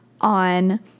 on